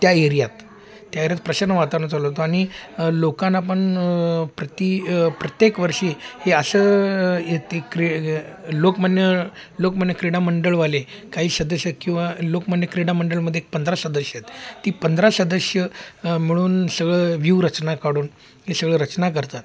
त्या एरियात त्या एरियात प्रसन्न वातावरण चालू होतो आणि लोकांना पण प्रती प्रत्येक वर्षी हे असं येते क्रि लोकमान्य लोकमान्य क्रीडामंडळवाले काही सदस्य आहेत किंवा लोकमान्य क्रीडामंडळमध्ये एक पंधरा सदस्य आहेत ती पंधरा सदस्य मिळून सगळं व्यूहरचना काढून हे सगळं रचना करतात